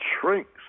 shrinks